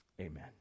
Amen